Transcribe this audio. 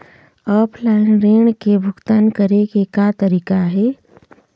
Offline ऋण के भुगतान करे के का तरीका हे?